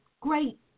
great